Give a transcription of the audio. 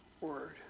word